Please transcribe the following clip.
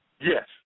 Yes